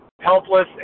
helpless